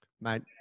Mate